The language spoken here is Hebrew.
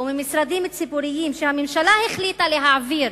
וממשרדים ציבוריים שהממשלה החליטה להעביר